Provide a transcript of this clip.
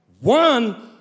One